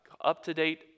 up-to-date